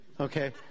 Okay